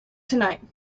tonight